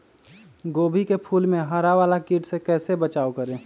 गोभी के फूल मे हरा वाला कीट से कैसे बचाब करें?